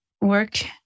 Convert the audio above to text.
work